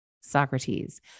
Socrates